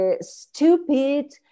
stupid